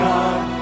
God